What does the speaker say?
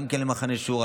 גם במחנה שורה,